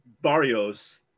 Barrios –